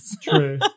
True